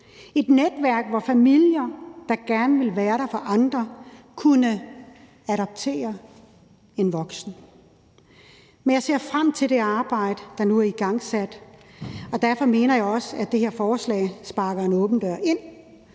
et netværk, hvor familier, der gerne vil være der for andre, kunne adoptere en voksen. Men jeg ser frem til det arbejde, der nu er igangsat, og derfor mener jeg også, at det her forslag sparker en åben dør ind.